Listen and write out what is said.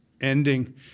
ending